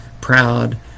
proud